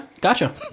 Gotcha